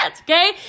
okay